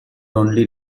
only